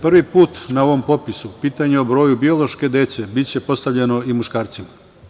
Prvi put na ovom popisu pitanja o broju biološke dece biće postavljeno i muškarcima.